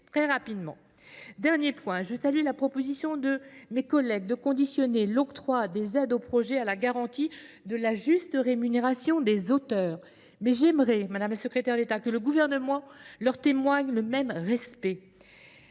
très rapidement. Enfin, je salue la proposition de mes collègues de conditionner l’octroi des aides au projet à la garantie de la juste rémunération des auteurs, tout en formant le vœu, madame la secrétaire d’État, que le Gouvernement leur témoigne le même respect.